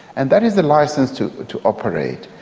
and that is the licence to to operate.